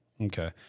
Okay